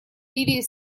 ливией